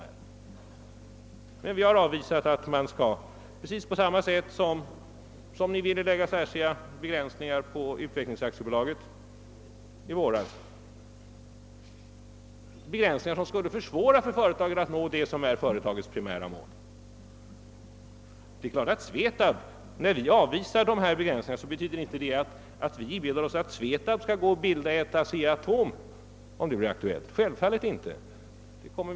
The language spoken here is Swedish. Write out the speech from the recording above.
Vi har emellertid avvisat tanken att — på samma sätt som ni ville göra med utvecklingsbolaget i våras — införa särskilda begränsningar för SVETAB, som skulle försvåra för företaget att nå sitt primära mål. Att vi avvisat dessa begränsningar innebär självfallet inte att vi inbillar oss att SVETAB skall bilda företag som i omfattning och betydelse svarar mot ASEA-ATOM, om det ;skulle bli aktuellt.